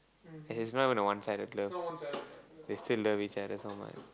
and is not even a one sided love they still love each other so much